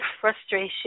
frustration